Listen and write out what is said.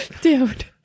dude